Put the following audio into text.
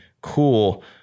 Cool